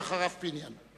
ואחריו, חבר הכנסת פיניאן.